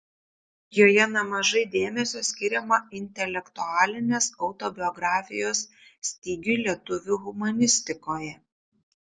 joje nemažai dėmesio skiriama intelektualinės autobiografijos stygiui lietuvių humanistikoje